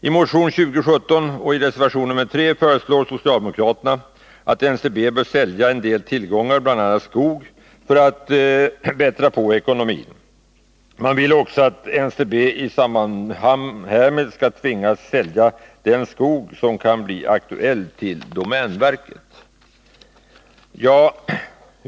I motion 2017 och reservation 3 vill socialdemokraterna att NCB skall sälja en del tillgångar, bl.a. skog, för att bättra på ekonomin. Man vill också att NCB i samband härmed skall tvingas sälja den skog som kan bli aktuell till domänverket.